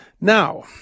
Now